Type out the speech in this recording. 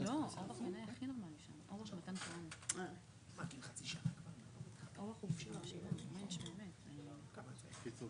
נועדה לאישור חצי מיליון שקלים לטיפול